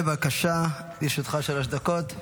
בבקשה, לרשותך שלוש דקות.